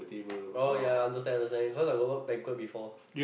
oh ya understand understand cause I got work banquet before